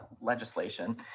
legislation